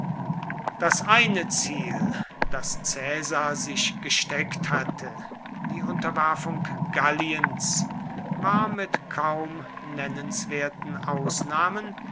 das eine ziel das caesar sich gesteckt hatte die unterwerfung galliens war mit kaum nennenswerten ausnahmen